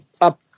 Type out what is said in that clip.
up